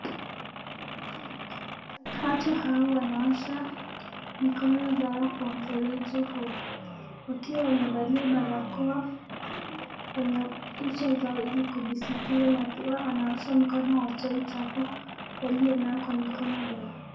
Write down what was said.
Watu hao wanaosha mikono zao kwa mferi huu, wakiwa wamevalia barakoa kwenye uso zao ili kujisikiri na pia wanaosha mikono waliochafu walionawa na mikono zao.